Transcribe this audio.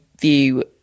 view